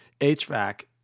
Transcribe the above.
HVAC